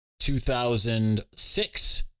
2006